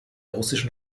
russischen